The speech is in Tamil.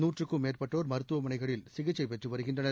நூற்றுக்கும் மேற்பட்டோ் மருத்துவமனைகளில் சிகிச்சை பெற்று வருகின்றனர்